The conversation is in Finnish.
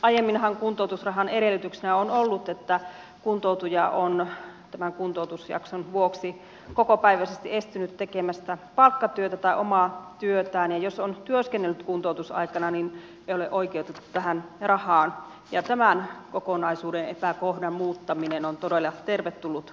aiemminhan kuntoutusrahan edellytyksenä on ollut että kuntoutuja on tämän kuntoutusjakson vuoksi kokopäiväisesti estynyt tekemästä palkkatyötä tai omaa työtään ja jos on työskennellyt kuntoutusaikana niin ei ole oikeutettu tähän rahaan ja tämän kokonaisuuden epäkohdan muuttaminen on todella tervetullut asia